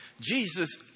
Jesus